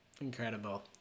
Incredible